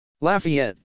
Lafayette